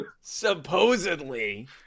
supposedly